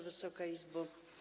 Wysoka Izbo!